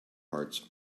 hearts